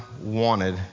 wanted